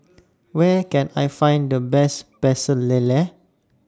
Where Can I Find The Best Pecel Lele